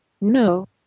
No